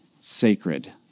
sacred